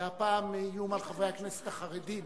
והפעם איום על חברי הכנסת החרדים.